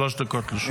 שלוש דקות לרשותך.